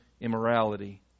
immorality